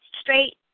straight